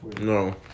No